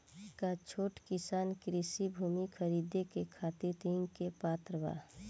का छोट किसान कृषि भूमि खरीदे के खातिर ऋण के पात्र बा?